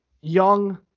young